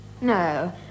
No